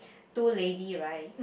two lady right